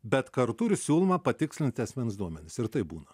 bet kartu ir siūloma patikslinti asmens duomenis ir taip būna